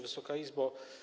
Wysoka Izbo!